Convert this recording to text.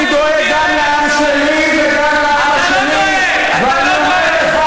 אני דואג גם לעם שלי וגם לעם השני, אתה לא דואג.